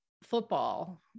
football